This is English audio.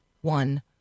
one